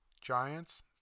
Giants